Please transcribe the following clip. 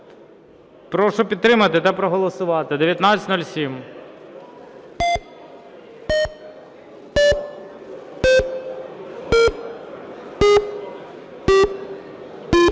Прошу підтримати та проголосувати, 1907.